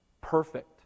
perfect